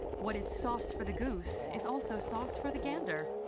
what is sauce for the goose is also sauce for the gander.